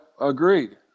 agreed